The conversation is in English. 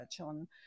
on